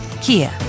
Kia